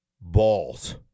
balls